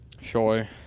Sure